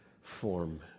form